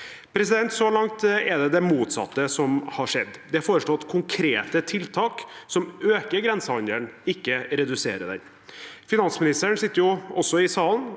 Så langt er det det motsatte som har skjedd. Det er foreslått konkrete tiltak som øker grensehandelen, ikke reduserer den. Finansministeren sitter også i salen.